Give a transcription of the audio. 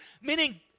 Meaning